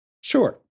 Sure